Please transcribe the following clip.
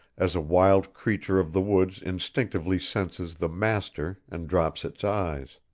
as a wild creature of the woods instinctively senses the master and drops its eyes.